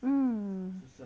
mm